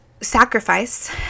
sacrifice